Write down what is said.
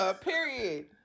Period